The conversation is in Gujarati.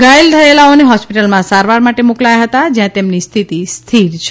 ગાયેલ થયેલાઓને હોસ્પિટલમાં સારવાર માટે મોકલાયા હતા જ્યા તેમની સ્થિતિ સ્થિર છે